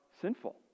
sinful